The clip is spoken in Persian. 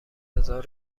هزار